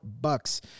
bucks